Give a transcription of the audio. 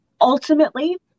Ultimately